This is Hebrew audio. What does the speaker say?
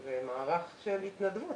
זה מערך של התנדבות.